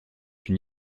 une